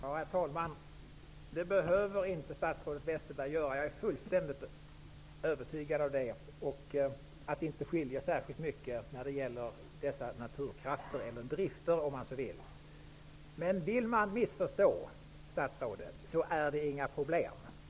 Herr talman! Det behöver inte statsrådet Westerberg göra. Jag är fullständigt övertygad om att det inte skiljer särskilt mycket när det gäller dessa naturkrafter eller drifter, om man så vill. Om man vill missförstå, statsrådet, är det inga problem.